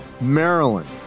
Maryland